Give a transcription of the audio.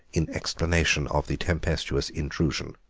in explanation of the tempestuous intrusion.